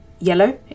yellow